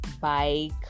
bike